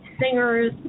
singers